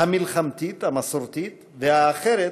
המלחמתית ה"מסורתית", והאחרת,